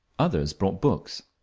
others brought books.